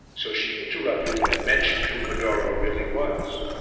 so she interrupted and mentioned who medoro really was.